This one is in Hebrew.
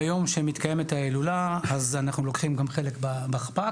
ביום ההילולה אז אנחנו לוקחים גם חלק בחפ״ק,